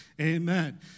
Amen